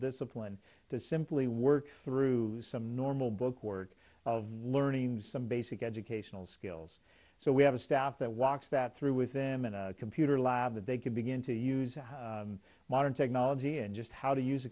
discipline and to simply work through some normal book work of learning some basic educational skills so we have a staff that walks that through with them in a computer lab that they can begin to use modern technology and just how to use a